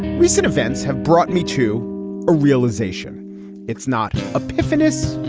recent events have brought me to a realization it's not a puffiness,